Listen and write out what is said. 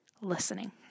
listening